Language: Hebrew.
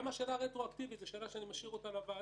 גם השאלה הרטרואקטיבית זו שאלה שאני משאיר לוועדה.